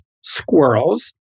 squirrels